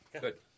Good